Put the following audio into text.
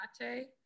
latte